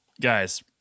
guys